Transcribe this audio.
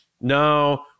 no